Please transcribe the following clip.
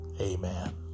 Amen